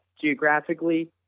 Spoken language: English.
geographically